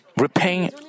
repaying